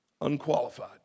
Unqualified